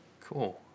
Cool